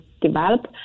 develop